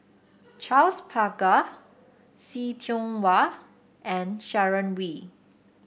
Charles Paglar See Tiong Wah and Sharon Wee